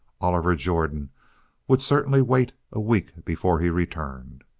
oliver jordan would certainly wait a week before he returned.